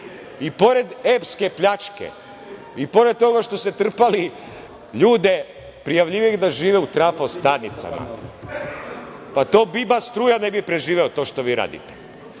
i pored epske pljačke i pored toga što ste trpali ljude, prijavljivali ih da žive u trafostanicama, pa to Biba struja ne bi preživeo, to što vi radite.I